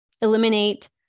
eliminate